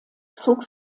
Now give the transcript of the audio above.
zog